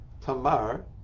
Tamar